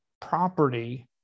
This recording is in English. property